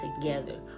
together